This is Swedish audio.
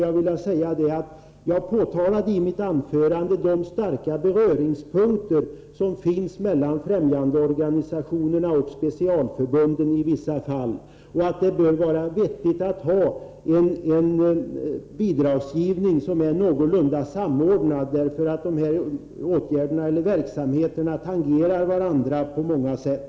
Till Rune Ångström vill jag säga att jag i mitt anförande pekade på de starka beröringspunkter som i vissa fall finns mellan främjandeorganisationerna och specialförbunden och att det bör vara vettigt att ha en någorlunda samordnad bidragsgivning. De olika verksamheter det gäller tangerar varandra på många sätt.